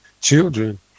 children